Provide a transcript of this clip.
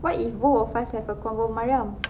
in what if both of us have a convo mariam